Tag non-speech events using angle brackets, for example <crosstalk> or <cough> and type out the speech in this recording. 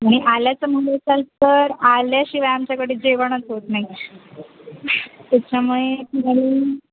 आणि आल्याचं म्हणत असाल तर आल्याशिवाय आमच्याकडे जेवणच होत नाही त्याच्यामुळे <unintelligible>